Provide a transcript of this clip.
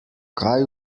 kaj